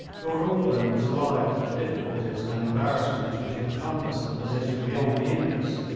lord auckland was alive to the difficulties and embarrassments which encompassed the position beyond the indus,